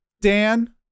Dan